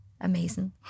amazing